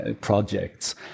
projects